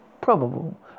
probable